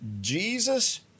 Jesus